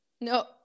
No